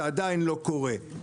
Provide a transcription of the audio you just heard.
זה טרם קורה.